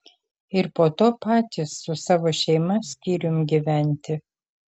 ir po to patys su savo šeima skyrium gyventi